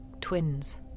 twins